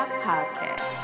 podcast